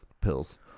pills